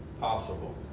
possible